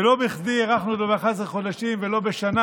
ולא בכדי הארכנו אותו ב-11 חודשים ולא בשנה.